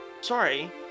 Sorry